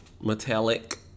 metallic